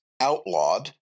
outlawed